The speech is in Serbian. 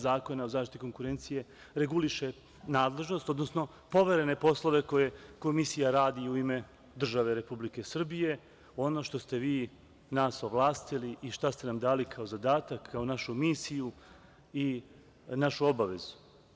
Zakona o zaštiti konkurencije reguliše nadležnost, odnosno poverene poslove koje Komisija radi i u ime države Republike Srbije, ono što ste vi nas ovlastili i šta ste nam dali kao zadatak, kao našu misiju i našu obavezu.